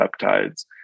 peptides